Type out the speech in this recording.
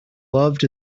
loved